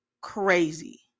crazy